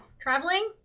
Traveling